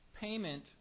payment